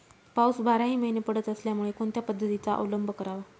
पाऊस बाराही महिने पडत असल्यामुळे कोणत्या पद्धतीचा अवलंब करावा?